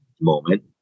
moment